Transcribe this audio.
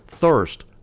thirst